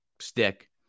stick